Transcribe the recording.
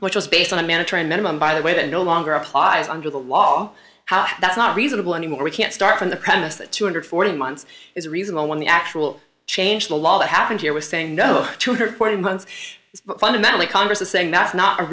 which was based on a mandatory minimum by the way that no longer applies under the law how that's not reasonable anymore we can start from the premise that two hundred and forty months is a reasonable one the actual change the law that happened here was saying no two hundred and fourteen months is fundamentally congress is saying that's not a